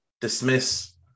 Dismiss